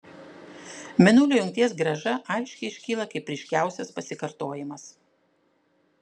mėnulio jungties grąža aiškiai iškyla kaip ryškiausias pasikartojimas